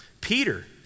Peter